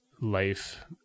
life